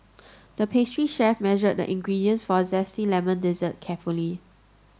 the pastry chef measured the ingredients for a zesty lemon dessert carefully